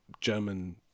German